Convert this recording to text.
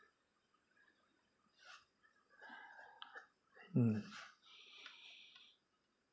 mm